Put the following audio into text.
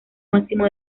máximo